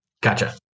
Gotcha